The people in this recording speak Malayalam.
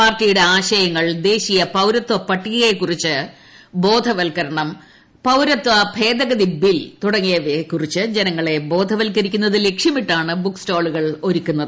പാർട്ടിയുടെ ആശയങ്ങൾ ദേശീയ പൌരത്വ പട്ടികയെക്കുറിച്ച് ബോധവൽക്കരണം പൌരത്വ ഭേദഗതി ബിൽ തുടങ്ങിയവയെക്കുറിച്ച് ജനങ്ങളെ ബോധവൽക്കരിക്കുന്നത് ലക്ഷ്യമിട്ടാണ് ബുക്ക് സ്റ്റാളുകൾ ഒരുക്കുന്നത്